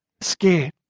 scared